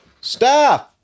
Staff